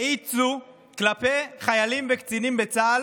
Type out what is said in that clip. האיצו כלפי חיילים וקצינים בצה"ל,